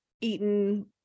eaten